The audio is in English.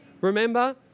Remember